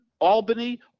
Albany